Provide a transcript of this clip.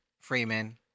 Freeman